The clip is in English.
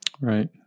right